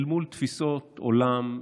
אל מול תפיסות עולם,